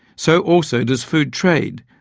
so also does food trade.